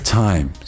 time